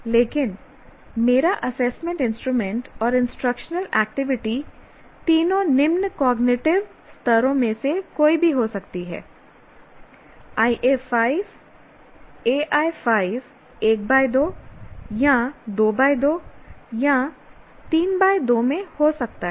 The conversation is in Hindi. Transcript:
लेकिन मेरा असेसमेंट इंस्ट्रूमेंट और इंस्ट्रक्शनल एक्टिविटी तीनों निम्न कॉग्निटिव स्तरों में से कोई भी हो सकती है IA5 AI5 1 2 या 2 2 या 3 2 में हो सकता है